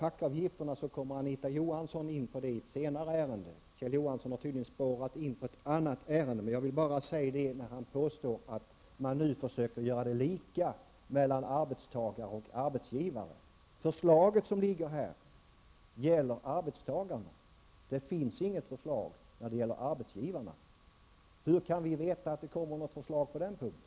Anita Johansson kommer in på frågan om fackavgifterna i ett senare ärende. Kjell Johansson har tydligen spårat in på ett annat ärende. När han påstår att man nu försöker göra beskattningen lika mellan arbetsgivare och arbetstagare, vill jag bara säga att det förslag som föreligger här gäller arbetstagarna. Det finns inget förslag som gäller arbetsgivarna. Hur kan vi veta att det kommer ett förslag på den punkten?